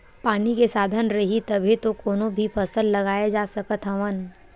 पानी के साधन रइही तभे तो कोनो भी फसल लगाए जा सकत हवन